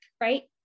right